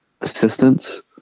assistance